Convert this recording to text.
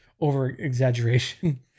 over-exaggeration